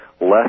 less